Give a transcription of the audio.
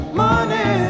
money